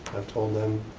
i've told them.